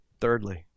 Thirdly